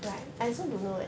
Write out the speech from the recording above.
right